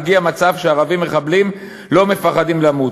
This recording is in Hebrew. הגיע מצב שערבים מחבלים לא מפחדים למות.